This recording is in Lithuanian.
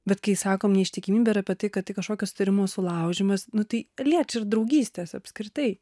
bet kai sakom neištikimybė ir apie tai kad kažkokius sutarimus sulaužymas nu tai liečia ir draugystes apskritai